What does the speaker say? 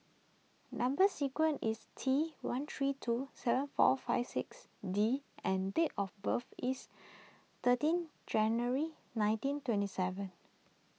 Number Sequence is T one three two seven four five six D and date of birth is thirteen January nineteen twenty seven